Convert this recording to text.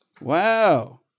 Wow